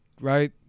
right